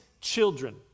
children